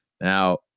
now